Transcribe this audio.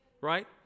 right